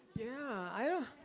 yeah.